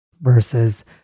versus